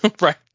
Right